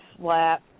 slap